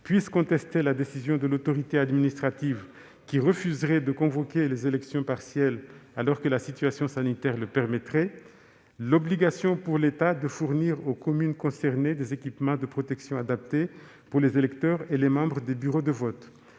circonscription la décision de l'autorité administrative qui refuserait de convoquer les élections partielles alors que la situation sanitaire le permettrait ; l'obligation pour l'État de fournir aux communes concernées des équipements de protection adaptés pour les électeurs et les membres des bureaux de vote